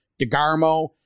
DeGarmo